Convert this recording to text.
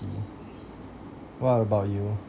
what about you